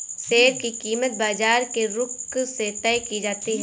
share की कीमत बाजार के रुख से तय की जाती है